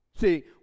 See